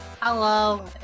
hello